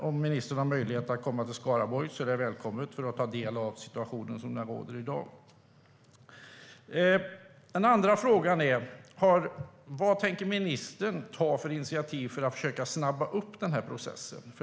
Om ministern har möjlighet att komma till Skaraborg för att ta del av den situation som råder i dag är det alltså välkommet. Den andra frågan är: Vad tänker ministern ta för initiativ för att försöka snabba upp den här processen?